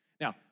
Now